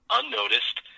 unnoticed